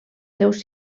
seus